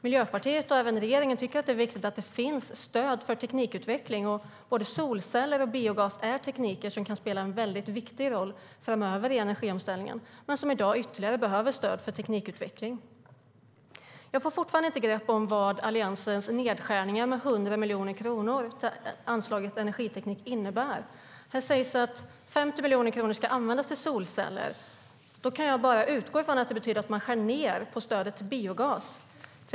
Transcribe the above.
Miljöpartiet och även regeringen tycker att det är viktigt att det finns stöd för teknikutveckling. Både solceller och biogas är tekniker som kan spela en viktig roll framöver i energiomställningen, men de behöver i dag ytterligare stöd för teknikutveckling. Jag får fortfarande inte grepp om vad Alliansens nedskärningar med 100 miljoner kronor på anslaget om energiteknik innebär. Här sägs att 50 miljoner kronor ska användas till solceller. Då kan jag bara utgå från att det betyder att man skär ned på stödet till biogas.